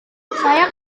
saya